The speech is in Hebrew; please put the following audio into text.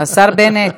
השר בנט,